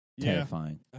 terrifying